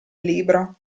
libro